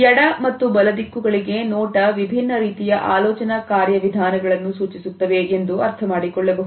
ಎಡ ಮತ್ತು ಬಲ ದಿಕ್ಕುಗಳಿಗೆ ನೋಟ ವಿಭಿನ್ನ ರೀತಿಯ ಆಲೋಚನಾ ಕಾರ್ಯವಿಧಾನಗಳನ್ನು ಸೂಚಿಸುತ್ತವೆ ಎಂದು ಅರ್ಥಮಾಡಿಕೊಳ್ಳಬಹುದು